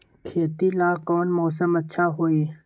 खेती ला कौन मौसम अच्छा होई?